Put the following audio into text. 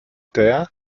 der